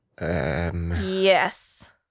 Yes